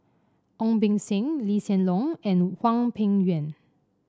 Ong Beng Seng Lee Hsien Loong and Hwang Peng Yuan